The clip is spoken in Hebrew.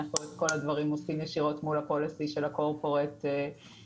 את כל הדברים אנחנו עושים ישירות מול המדיניות של התאגיד בארצות-הברית.